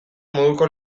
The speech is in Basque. moduko